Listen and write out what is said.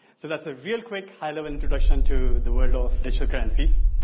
so that's a real quick, high level introduction to the world of digital currencies.